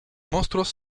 monstruos